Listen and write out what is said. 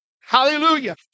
Hallelujah